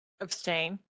abstain